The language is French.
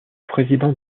président